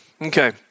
Okay